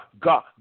God